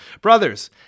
Brothers